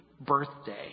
birthday